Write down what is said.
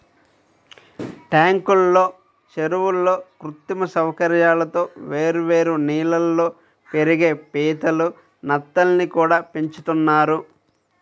ట్యాంకుల్లో, చెరువుల్లో కృత్రిమ సౌకర్యాలతో వేర్వేరు నీళ్ళల్లో పెరిగే పీతలు, నత్తల్ని కూడా పెంచుతున్నారు